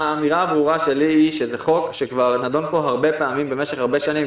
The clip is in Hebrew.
האמירה הברורה שלי היא שזה חוק שכבר נדון פה הרבה פעמים במשך הרבה שנים,